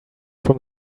from